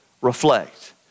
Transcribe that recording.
reflect